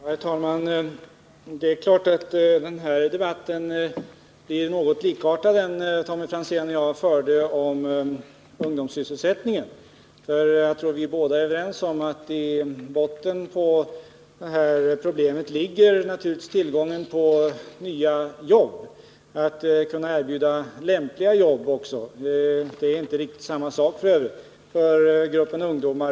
Herr talman! Det är klart att den här debatten blir något likartad den debatt som Tommy Franzén och jag nyss förde om ungdomssysselsättningen. Jag troratt vi båda är överens om att i botten på de här problemen ligger tillgången på nya jobb och möjligheten att erbjuda lämpliga jobb.